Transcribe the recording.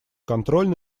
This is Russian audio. контроль